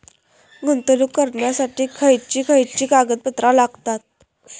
गुंतवणूक करण्यासाठी खयची खयची कागदपत्रा लागतात?